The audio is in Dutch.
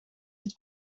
het